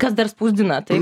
kas dar spausdina taip